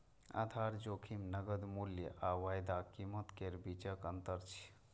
आधार जोखिम नकद मूल्य आ वायदा कीमत केर बीचक अंतर छियै